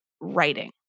writing